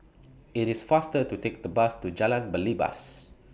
IT IS faster to Take The Bus to Jalan Belibas